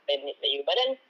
stand it like you but then